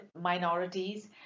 minorities